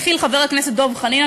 התחיל חבר הכנסת דב חנין,